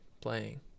playing